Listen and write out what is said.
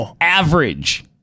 average